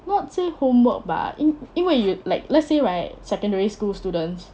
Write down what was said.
not say homework bah 因因为 wei you like let's say right secondary school students